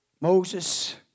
Moses